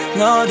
no